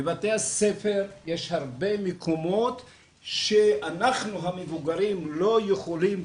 בבתי הספר יש הרבה מקומות שאנחנו המבוגרים לא יכולים,